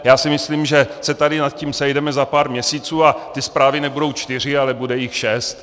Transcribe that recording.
Já si myslím, že se tady nad tím sejdeme za pár měsíců a ty zprávy nebudou čtyři, ale bude jich šest.